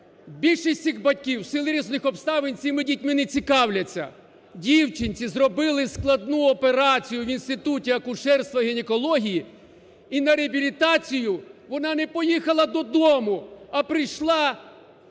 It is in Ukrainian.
Більшість цих батьків у силу різних обставин цими дітьми не цікавляться. Дівчинці зробили складну операцію в Інституті акушерства і гінекології і на реабілітацію вона не поїхала до дому, а прийшла